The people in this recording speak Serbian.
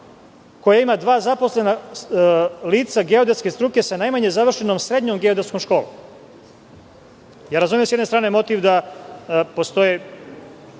koja ima dva zaposlena lica geodetske struke sa najmanje završenom srednjom geodetskom školom. Razumem s jedne strane motiv da postoji